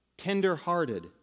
tender-hearted